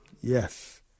Yes